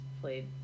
played